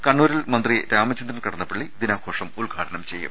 കണ്ണൂരിൽ മന്ത്രി രാമചന്ദ്രൻ കടന്നപ്പള്ളി ദിനാഘോഷം ഉദ്ഘാടനം ചെയ്യും